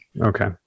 Okay